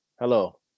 hello